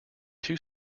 two